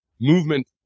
movement